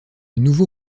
nouveau